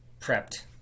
prepped